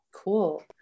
Cool